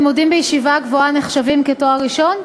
לימודים בישיבה גבוהה נחשבים כתואר ראשון?